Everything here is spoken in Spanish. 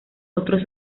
otros